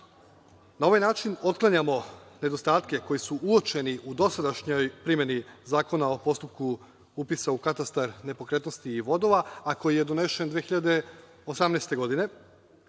Na ovaj način otklanjamo nedostatke koji su uočeni u dosadašnjoj primeni Zakona o postupku upisa u katastar nepokretnosti i vodova, a koji je donesen 2018. godine